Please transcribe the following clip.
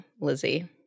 Lizzie